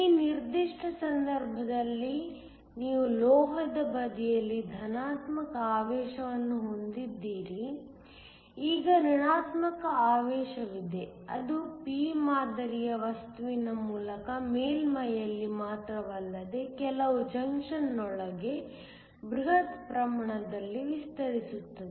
ಈ ನಿರ್ದಿಷ್ಟ ಸಂದರ್ಭದಲ್ಲಿ ನೀವು ಲೋಹದ ಬದಿಯಲ್ಲಿ ಧನಾತ್ಮಕ ಆವೇಶವನ್ನು ಹೊಂದಿದ್ದೀರಿ ಈಗ ಋಣಾತ್ಮಕ ಆವೇಶವಿದೆ ಅದು p ಮಾದರಿಯ ವಸ್ತುವಿನ ಮೂಲಕ ಮೇಲ್ಮೈಯಲ್ಲಿ ಮಾತ್ರವಲ್ಲದೆ ಕೆಲವು ಜಂಕ್ಷನ್ನೊಳಗೆ ಬೃಹತ್ ಪ್ರಮಾಣದಲ್ಲಿ ವಿಸ್ತರಿಸುತ್ತದೆ